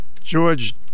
George